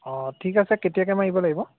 অঁ ঠিক আছে কেতিয়াকৈ মাৰিব লাগিব